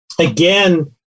again